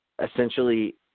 Essentially